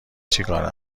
چیکاره